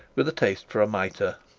with a taste for a mitre.